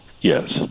Yes